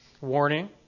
Warning